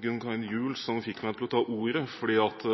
Gunn Karin Gjul som fikk meg til å ta ordet.